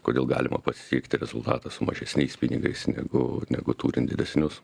kodėl galima pasiekti rezultatą su mažesniais pinigais negu negu turint didesnius